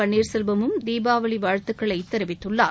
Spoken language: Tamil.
பன்னீர் செல்வமும் தீபாவளி வாழ்த்துக்களை தெரிவித்துள்ளார்